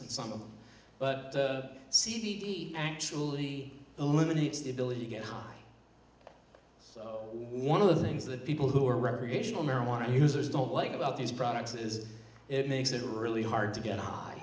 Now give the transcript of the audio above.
them but the seat actually eliminates the ability to get high one of the things that people who are recreational marijuana users don't like about these products is it makes it really hard to get high